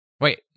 Wait